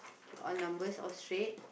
okay all numbers all straight